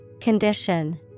Condition